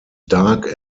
dark